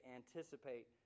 anticipate